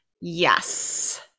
Yes